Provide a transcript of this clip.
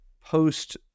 post